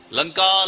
Lanka